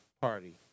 Party